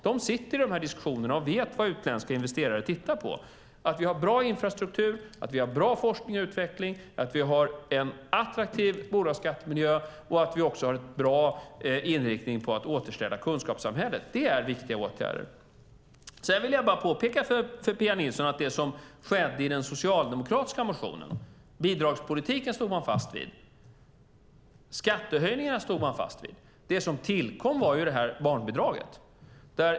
De sitter i de här diskussionerna och vet vad utländska investerare tittar på, att vi har bra infrastruktur, att vi har bra forskning och utveckling, att vi har en attraktiv bolagsskattemiljö och att vi också har en bra inriktning på att återställa kunskapssamhället. Det är viktiga åtgärder. Sedan vill jag bara påpeka för Pia Nilsson att det som skedde i den socialdemokratiska motionen var att man stod fast vid bidragspolitiken. Skattehöjningarna stod man fast vid. Det som tillkom var barnbidraget.